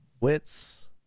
Wits